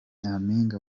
nyampinga